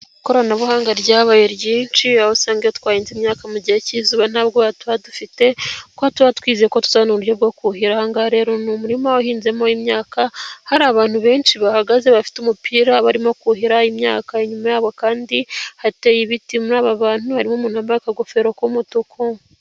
Ikoranabuhanga ryabaye ryinshi aho usanga iyo twahinze imyaka mu gihe cy'izuba nta bwoba tuba dufite, kuko tuba twizeyeko tuzabona uburyo bwo kuhiranga. Ahangaha rero ni umurima wahinzemo imyaka hari abantu benshi bahagaze bafite umupira barimo kuhira imyaka inyuma yabo kandi hateye ibiti, muri aba bantu harimo umuntu wambaye aka gofero k'umutuku.